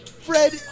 Fred